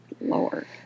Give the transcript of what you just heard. Lord